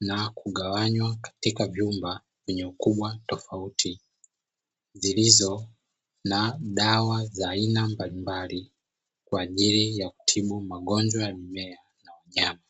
na kugawanywa katika vyumba vyenye ukubwa tofauti zilizo na dawa za aina mbalimbali, kwa ajili ya kutibu magonjwa ya mimea na wanyama.